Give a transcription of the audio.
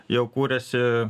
jau kūrėsi